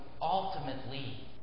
ultimately